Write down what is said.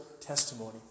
testimony